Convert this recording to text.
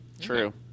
true